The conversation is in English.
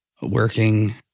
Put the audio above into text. working